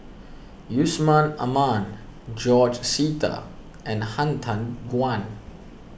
Yusman Aman George Sita and Han Tan Juan